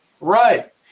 Right